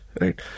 Right